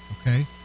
okay